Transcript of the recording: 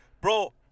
Bro